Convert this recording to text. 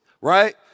right